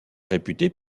réputé